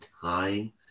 time